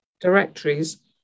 directories